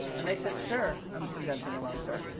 and they said, sure. i'm condensing a long story.